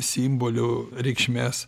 simbolių reikšmes